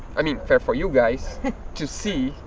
i mean fair for you guys to see.